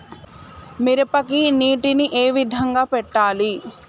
మిరపకి నీటిని ఏ విధంగా పెట్టాలి?